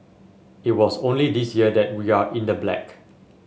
it was only this year that we are in the black